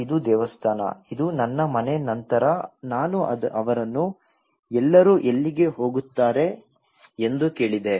ಇದು ದೇವಸ್ಥಾನ ಇದು ನನ್ನ ಮನೆ ನಂತರ ನಾನು ಅವರನ್ನು ಎಲ್ಲರೂ ಎಲ್ಲಿಗೆ ಹೋಗುತ್ತಾರೆ ಎಂದು ಕೇಳಿದೆ